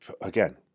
again